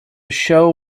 show